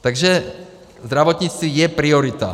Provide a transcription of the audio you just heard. Takže zdravotnictví je priorita.